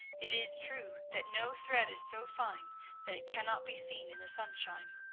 it is true that no thread is so fine that it cannot be seen in the sunshine